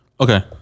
Okay